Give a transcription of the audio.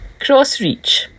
Crossreach